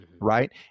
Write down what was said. Right